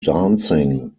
dancing